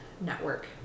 network